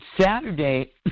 Saturday